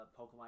Pokemon